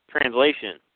translation